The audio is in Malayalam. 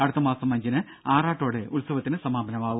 അടുത്തമാസം അഞ്ചിന് ആറാട്ടോടെ ഉത്സവത്തിന് സമാപനമാവും